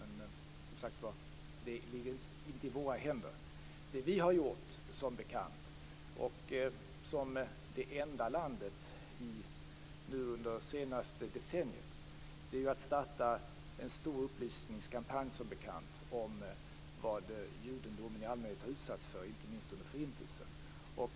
Men det ligger som sagt var inte i våra händer. Det Sverige har gjort, som det enda landet nu under det senaste decenniet, är som bekant att starta en stor upplysningskampanj om vad judendomen i allmänhet har utsatts för, inte minst under Förintelsen.